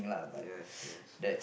yes yes